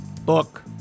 Book